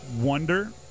wonder